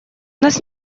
нас